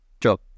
Job